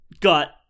got